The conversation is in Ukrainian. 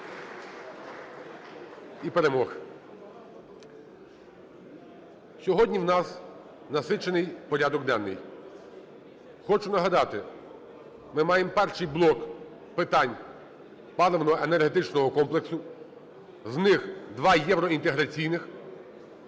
(Оплески) Сьогодні у нас насичений порядок денний. Хочу нагадати, ми маємо перший блок питань паливно-енергетичного комплексу, з них два - євроінтеграційних.